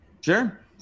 Sure